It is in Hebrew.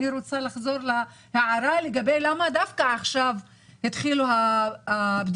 אני רוצה לחזור להערה לגבי למה דווקא עכשיו התחילו הבדיקות.